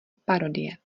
parodie